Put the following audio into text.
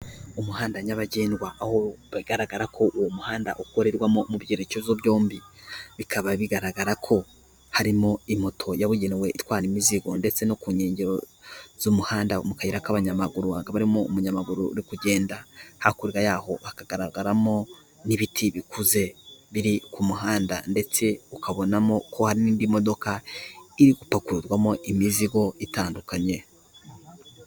Umuhanda nyabagendwa aho bigaragara ko uwo muhanda ukorerwamo mu byerekezo byombi, bikaba bigaragara ko harimo imoto yabugenewe itwara imizigo ndetse no ku nkengero z'umuhanda mu kayira k'abanyamaguru haka barimo umunyamaguru no kugenda, hakurya yaho hakagaragaramo n'ibiti bikuze biri ku muhanda ndetse ukabonamo ko harindi modoka iri gupakurwamo imizigo itandukanye.